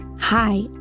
Hi